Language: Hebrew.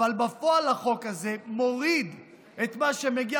אבל בפועל החוק הזה מוריד את מה שמגיע